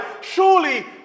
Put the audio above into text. Surely